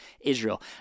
Israel